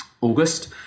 August